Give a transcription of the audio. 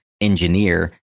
engineer